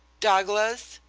douglas!